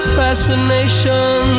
fascination